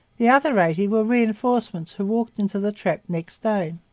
the other eighty were reinforcements who walked into the trap next day.